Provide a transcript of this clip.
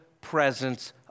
presence